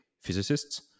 physicists